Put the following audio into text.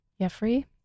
Jeffrey